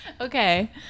Okay